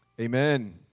amen